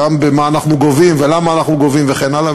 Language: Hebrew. גם במה אנחנו גובים ולמה אנחנו גובים וכן הלאה.